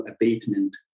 abatement